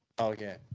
Okay